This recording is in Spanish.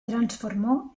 transformó